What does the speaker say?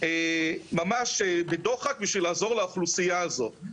ממש בדוחק בשביל לעזור לאוכלוסייה הזאת.